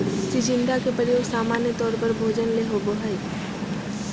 चिचिण्डा के प्रयोग सामान्य तौर पर भोजन ले होबो हइ